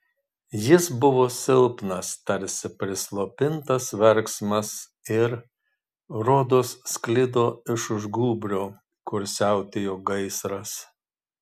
jis buvo silpnas tarsi prislopintas verksmas ir rodos sklido iš už gūbrio kur siautėjo gaisras